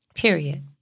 Period